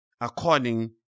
according